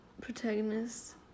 protagonist